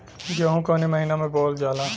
गेहूँ कवने महीना में बोवल जाला?